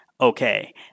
okay